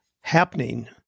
happening